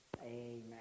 Amen